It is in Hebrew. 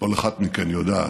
כל אחת מכן יודעת,